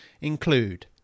include